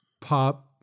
Pop